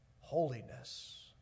Holiness